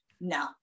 No